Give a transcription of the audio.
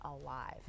alive